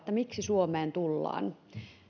miksi suomeen tullaan